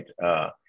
right